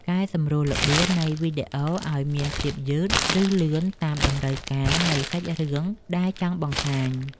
កែសម្រួលល្បឿននៃវីដេអូឱ្យមានភាពយឺត ឬ លឿនតាមតម្រូវការនៃសាច់រឿងដែលចង់បង្ហាញ។